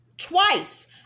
Twice